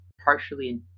partially